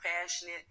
passionate